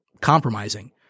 compromising